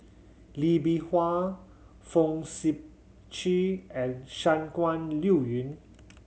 Lee Bee Wah Fong Sip Chee and Shangguan Liuyun